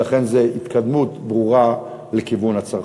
ולכן זו התקדמות ברורה לכיוון הצרכן.